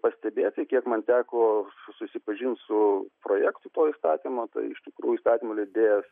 pastebėti kiek man teko susipažinti su projektu to įstatymo tai iš tikrųjų įstatymų leidėjas